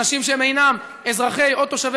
מי שפועל לטובת אנשים שהם אינם אזרחי או תושבי